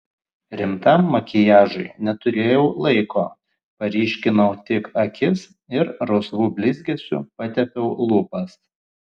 rimtam makiažui neturėjau laiko paryškinau tik akis ir rausvu blizgesiu patepiau lūpas